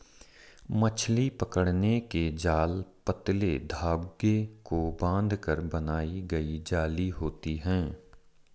मछली पकड़ने के जाल पतले धागे को बांधकर बनाई गई जाली होती हैं